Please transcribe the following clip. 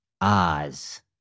Oz